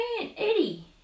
Eddie